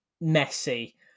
messy